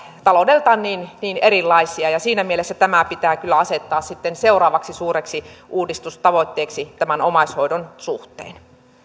taloudeltaan niin niin erilaisia siinä mielessä tämä pitää kyllä asettaa seuraavaksi suureksi uudistustavoitteeksi tämän omaishoidon suhteen